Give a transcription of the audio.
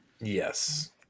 Yes